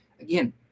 Again